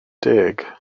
deg